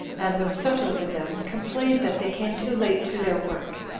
and was set over them, complained that they came too late to their work,